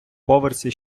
поверсі